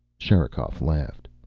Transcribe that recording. sherikov laughed.